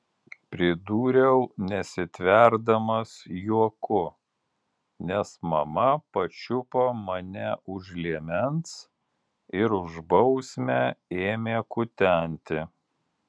pridūriau nesitverdamas juoku nes mama pačiupo mane už liemens ir už bausmę ėmė kutenti